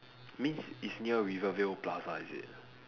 means it's near rivervale plaza is it